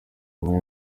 hamwe